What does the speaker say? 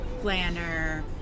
planner